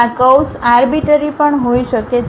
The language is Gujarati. આ કર્વ્સ આરબીટરી પણ હોઈ શકે છે